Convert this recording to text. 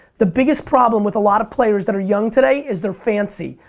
the biggest problem with a lot of players that are young today is they're fancy.